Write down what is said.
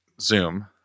Zoom